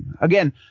again –